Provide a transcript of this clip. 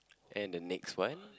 and the next one